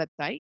website